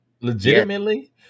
Legitimately